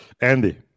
Andy